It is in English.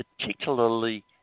particularly